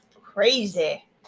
Crazy